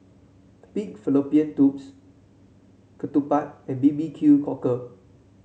Pig Fallopian Tubes ketupat and B B Q Cockle